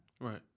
Right